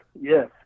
yes